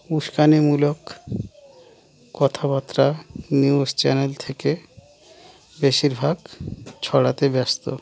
উস্কানিমূলক কথাবার্তা news channel থেকে বেশিরভাগ ছড়াতে ব্যস্ত